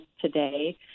today –